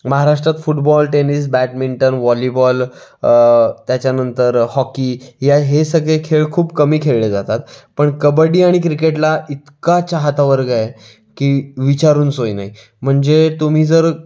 महाराष्ट्रात football tennis badminton volleyball त्याच्यानंतर hockey या हे सगळे खेळ खूप कमी खेळले जातात पण कबड्डी आणि क्रिकेटला इतका चाहता वर्ग आहे की विचारून सोय नाही म्हणजे तुम्ही जर